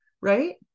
right